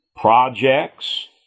projects